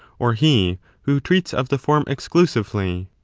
or he who treats of the form exclusively?